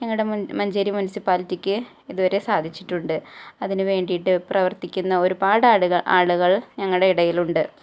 ഞങ്ങളുടെ മഞ്ചേരി മുനിസിപ്പാലിറ്റിക്ക് ഇതുവരെ സാധിച്ചിട്ടുണ്ട് അതിന് വേണ്ടിയിട്ട് പ്രവർത്തിക്കുന്ന ഒരുപാട് ആളുകൾ ഞങ്ങളുടെ ഇടയിലുണ്ട്